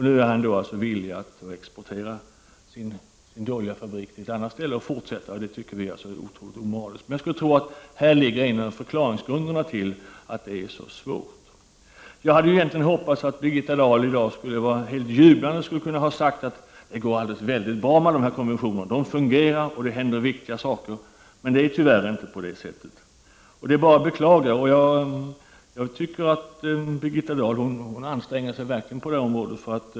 Nu är han villig att exportera sin dåliga fabrik till ett annat ställe och fortsätta verksamheten. Det tycker vi är oerhört omoraliskt. Men jag skulle tro att en av förklaringsgrunderna till att det är så svårt med miljöpolitik ligger häri. Jag hade egentligen hoppats att Birgitta Dahl helt jublande i dag skulle ha kunnat säga att det går alldeles väldigt bra med dessa konventioner. De fungerar och det händer viktiga saker. Men det är tyvärr inte på det sättet. Det är bara att beklaga. Jag tycker att Birgitta Dahl verkligen anstränger sig på detta område.